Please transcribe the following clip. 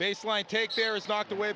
baseline take care is not the way